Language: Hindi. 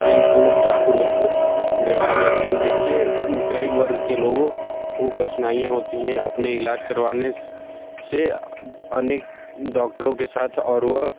ही क्रूरतापूर्वक व्यवहार करते हैं जिससे गरीब वर्ग के लोगों को कठिनाइयाँ होती हैं अपने इलाज़ करवाने से अनेक डॉक्टरों के साथ और वह